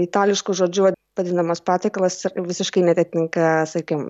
itališku žodžiu vadinamas patiekalas visiškai neatitinka sakykim